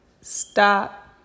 stop